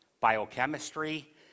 biochemistry